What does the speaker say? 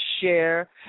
share